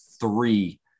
three